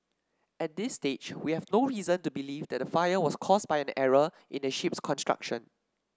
at this stage we have no reason to believe the fire was caused by an error in the ship's construction